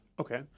Okay